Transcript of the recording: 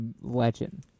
legend